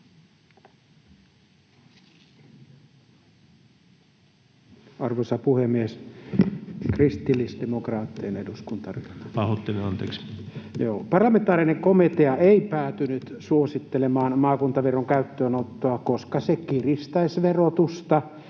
Arvoisa puhemies! Kristillisdemokraattinen eduskuntaryhmä. Parlamentaarinen komitea ei päätynyt suosittelemaan maakuntaveron käyttöönottoa, koska se kiristäisi verotusta